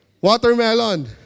watermelon